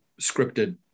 scripted